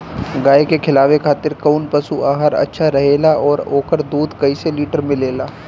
गाय के खिलावे खातिर काउन पशु आहार अच्छा रहेला और ओकर दुध कइसे लीटर मिलेला?